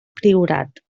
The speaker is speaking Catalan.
priorat